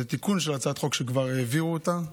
זה תיקון של הצעת חוק שכבר העבירו אותה,